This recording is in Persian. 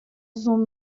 زوم